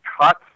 cut